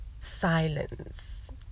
silence